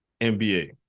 NBA